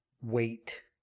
wait